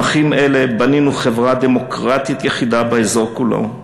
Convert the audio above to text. עם אחים אלה בנינו חברה דמוקרטית יחידה באזור כולו,